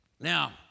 Now